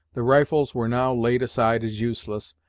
the rifles were now laid aside as useless,